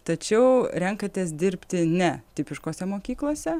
tačiau renkatės dirbti ne tipiškose mokyklose